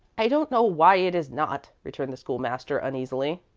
i don't know why it is not, returned the school-master, uneasily.